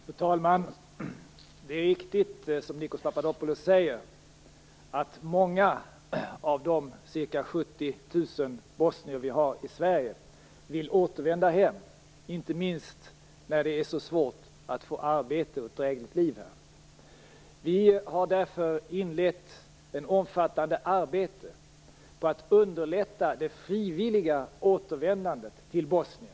Fru talman! Det är riktigt som Nikos Papadopoulos säger. Många av de ca 70 000 bosnier vi har i Sverige vill återvända hem, inte minst när det är så svårt att få arbete och ett drägligt liv här. Vi har därför inlett ett omfattande arbete för att underlätta det frivilliga återvändandet till Bosnien.